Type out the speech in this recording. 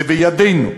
זה בידינו,